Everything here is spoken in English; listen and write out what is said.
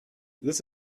this